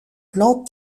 plan